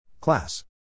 Class